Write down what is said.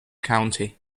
county